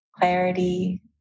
clarity